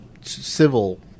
civil